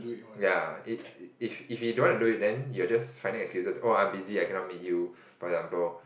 ya it if if he don't want to do it then you're just finding excuses oh I am busy I cannot meet you for example